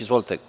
Izvolite.